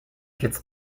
jetzt